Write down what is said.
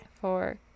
Four